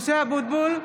משה אבוטבול,